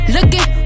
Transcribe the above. Looking